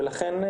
ולכן,